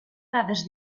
dades